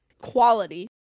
quality